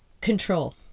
control